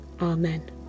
Amen